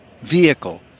vehicle